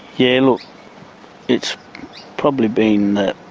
yeah, look it's probably been the